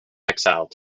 exile